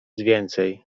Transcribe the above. więcej